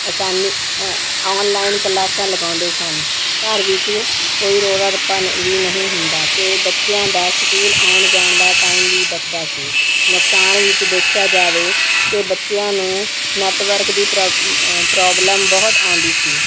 ਆਸਾਨੀ ਔਨਲਾਈਨ ਕਲਾਸਾਂ ਲਗਾਉਂਦੇ ਸਨ ਘਰ ਵਿੱਚ ਕੋਈ ਰੌਲਾ ਰੱਪਾ ਨ ਵੀ ਨਹੀਂ ਹੁੰਦਾ ਅਤੇ ਬੱਚਿਆਂ ਦਾ ਸਕੂਲ ਆਉਣ ਜਾਣ ਦਾ ਟਾਈਮ ਵੀ ਬਚਦਾ ਸੀ ਨੁਕਸਾਨ ਵਿੱਚ ਦੇਖਿਆ ਜਾਵੇ ਕਿ ਬੱਚਿਆਂ ਨੂੰ ਨੈੱਟਵਰਕ ਦੀ ਪ੍ਰੋਬ ਪ੍ਰੋਬਲਮ ਬਹੁਤ ਆਉਂਦੀ ਸੀ